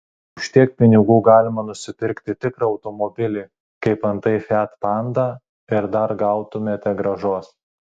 už tiek pinigų galima nusipirkti tikrą automobilį kaip antai fiat panda ir dar gautumėte grąžos